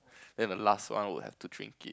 then the last one would have to drink it